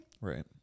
Right